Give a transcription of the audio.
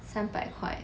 三百块